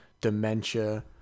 dementia